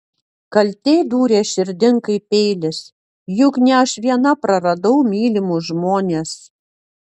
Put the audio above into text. kaltė dūrė širdin kaip peilis juk ne aš viena praradau mylimus žmones